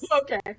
okay